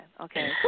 Okay